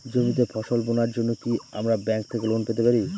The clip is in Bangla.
জমিতে ফসল বোনার জন্য কি আমরা ব্যঙ্ক থেকে লোন পেতে পারি?